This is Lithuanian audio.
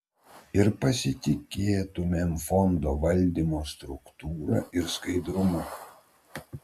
ir pasitikėtumėm fondo valdymo struktūra ir skaidrumu